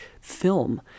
film